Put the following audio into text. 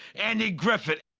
andy griffith.